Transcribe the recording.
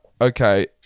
okay